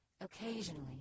Occasionally